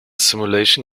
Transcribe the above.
simulation